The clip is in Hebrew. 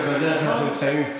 ובזה אנחנו מסיימים.